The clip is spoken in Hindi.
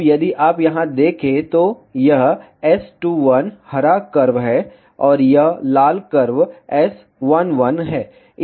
अब यदि आप यहाँ देखें तो यह S21 हरा कर्व है और यह लाल कर्व S11 है